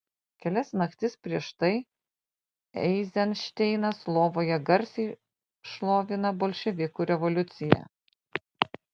kelias naktis prieš tai eizenšteinas lovoje garsiai šlovina bolševikų revoliuciją